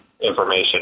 information